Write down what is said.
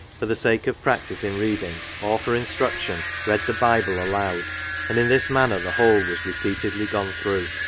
for the sake of practice in reading, or for instruction, read the bible aloud and in this manner the whole was re peatedly gone through.